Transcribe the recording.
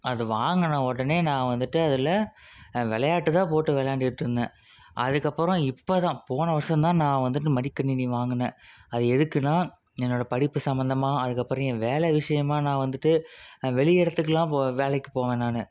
அது வாங்கின உடனே நான் வந்துட்டு அதில் விளையாட்டு தான் போட்டு விளையாண்டுட்டு இருந்தேன் அதுக்கப்புறம் இப்போ தான் போன வருடம் தான் நான் வந்துட்டு மடிக்கணினி வாங்கினேன் அது எதுக்குனா என்னோடய படிப்பு சம்மந்தமாக அதுக்கப்புறம் ஏன் வேலை விஷயமாக நான் வந்துட்டு வெளி இடத்துக்கலாம் போக வேலைக்கு போவேன் நான்